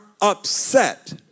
upset